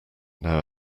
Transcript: now